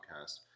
podcast